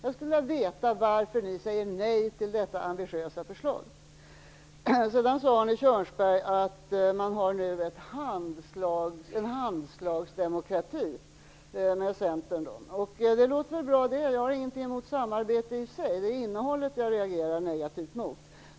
Jag skulle vilja veta varför ni säger nej till detta ambitiösa förslag. Arne Kjörnsberg sade att man har en handslagsdemokrati med Centern. Det låter väl bra. Jag har ingenting emot samarbete i sig. Det är innehållet jag reagerar negativt mot.